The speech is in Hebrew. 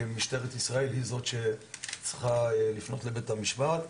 משטרת ישראל היא זו שצריכה לפנות לבית המשפט.